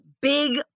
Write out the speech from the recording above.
big